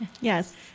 Yes